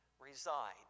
reside